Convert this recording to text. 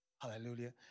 Hallelujah